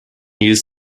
use